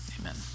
Amen